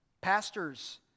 pastors